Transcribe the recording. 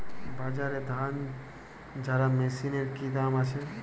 বাজারে ধান ঝারা মেশিনের কি দাম আছে?